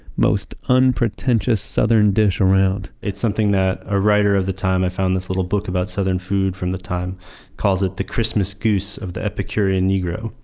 most unpretentious southern dish around it's something that a writer of the time i found this little book about southern food from the time calls it the christmas goose of the epicurean negro.